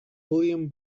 william